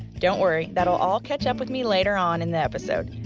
don't worry, that'll all catch up with me later on in the episode,